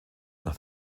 nach